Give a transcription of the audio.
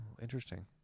interesting